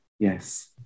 Yes